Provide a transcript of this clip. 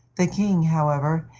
the king, however,